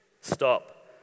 Stop